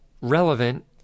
relevant